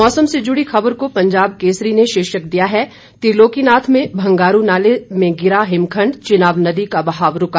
मौसम से जुड़ी खबर को पंजाब केसरी ने शीर्षक दिया है त्रिलोकीनाथ में भंगारू नाले में गिरा हिमखंड चिनाब नदी का बहाव रूका